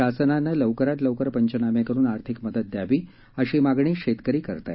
शासनानं लवकरात लवकर पंचनामे करून आर्थिक मदत द्यावी अशी मागणी शेतकरी करत आहेत